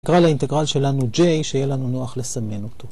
נקרא לאינטגרל שלנו j שיהיה לנו נוח לסמן אותו.